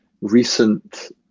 recent